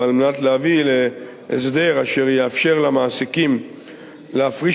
ועל מנת להביא להסדר אשר יאפשר למעסיקים להפריש